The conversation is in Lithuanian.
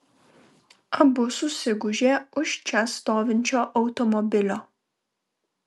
abu susigūžė už čia stovinčio automobilio